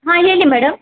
ಹಾಂ ಹೇಳಿ ಮೇಡಮ್